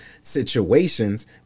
situations